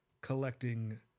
collecting